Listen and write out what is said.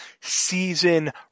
season